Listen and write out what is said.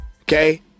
okay